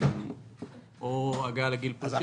או הגעה לגיל פרישה.